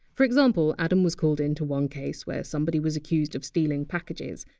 for example, adam was called in to one case where somebody was accused of stealing packages,